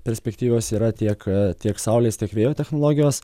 perspektyvos yra tiek tiek saulės tiek vėjo technologijos